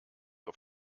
auf